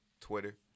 Twitter